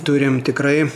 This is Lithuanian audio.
turim tikrai